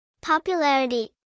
Popularity